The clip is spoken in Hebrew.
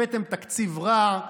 הבאתם תקציב רע,